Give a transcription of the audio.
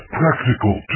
practical